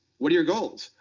what are your goals?